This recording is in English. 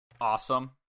Awesome